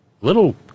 Little